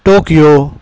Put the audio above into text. Tokyo